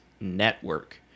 Network